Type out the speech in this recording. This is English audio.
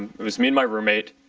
with me an my roommate.